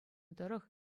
тӑрӑх